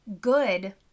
good